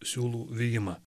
siūlų vijimą